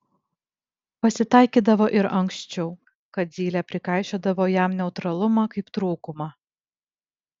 pasitaikydavo ir anksčiau kad zylė prikaišiodavo jam neutralumą kaip trūkumą